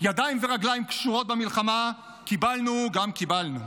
ידיים ורגליים קשורות במלחמה קיבלנו, גם קיבלנו.